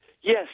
yes